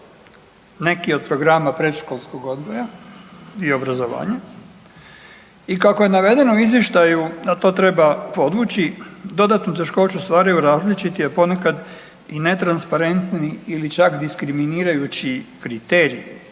neki od programa predškolskog odgoja i obrazovanja i kako je navedeno u izvještaju, a to treba podvući dodatnu teškoću staraju različiti, a ponekad i netransparentni ili čak diskriminirajući kriteriji